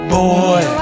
boy